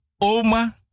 oma